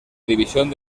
división